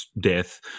death